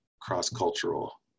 cross-cultural